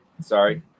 sorry